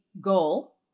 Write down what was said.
goal